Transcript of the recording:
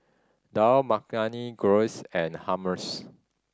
Dal Makhani Gyros and Hummus